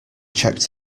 checked